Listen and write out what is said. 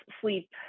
sleep